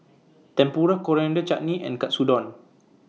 Tempura Coriander Chutney and Katsudon